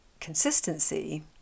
consistency